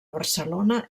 barcelona